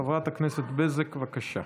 חברת הכנסת בזק, בבקשה.